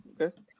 Okay